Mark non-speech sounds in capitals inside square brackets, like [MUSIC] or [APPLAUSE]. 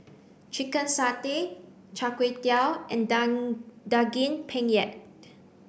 chicken Satay Char Kway Teow and [UNINTELLIGIBLE] Daging Penyet